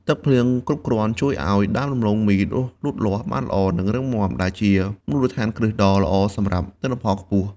ទឹកភ្លៀងគ្រប់គ្រាន់ជួយឱ្យដើមដំឡូងមីដុះលូតលាស់បានល្អ និងរឹងមាំ ដែលជាមូលដ្ឋានគ្រឹះដ៏ល្អសម្រាប់ទិន្នផលខ្ពស់។